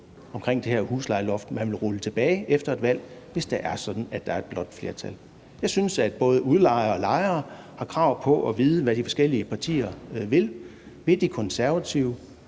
i dag, er noget, man vil rulle tilbage efter et valg, hvis det er sådan, at der er et blåt flertal. Jeg synes, at både udlejere og lejere har krav på at vide, hvad de forskellige partier vil: Vil De Konservative